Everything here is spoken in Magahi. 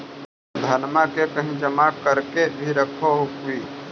धनमा के कहिं जमा कर के भी रख हू की?